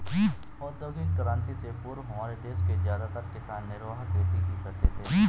औद्योगिक क्रांति से पूर्व हमारे देश के ज्यादातर किसान निर्वाह खेती ही करते थे